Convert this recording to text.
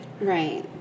Right